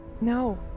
No